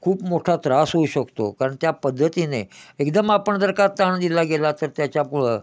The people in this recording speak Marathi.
खूप मोठा त्रास होऊ शकतो कारण त्या पद्धतीने एकदम आपण जर का ताण दिला गेला तर त्याच्यामुळं